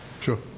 Sure